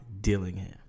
Dillingham